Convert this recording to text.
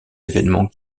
événements